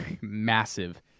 massive